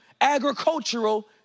agricultural